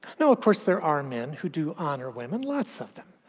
now, of course there are men who do honor women, lots of them,